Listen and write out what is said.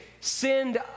sinned